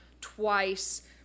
twice